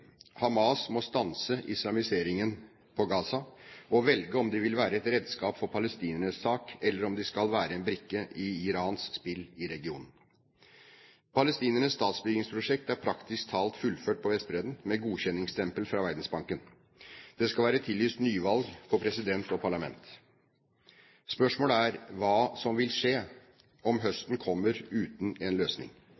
Hamas må stanse islamiseringen på Gaza og velge om de vil være et redskap for palestinernes sak eller om de skal være en brikke i Irans spill i regionen. Palestinernes statsbyggingsprosjekt er praktisk talt fullført på Vestbredden med godkjenningsstempel fra Verdensbanken. Det skal være tillyst nyvalg på president og parlament. Spørsmålet er hva som vil skje om